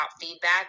feedback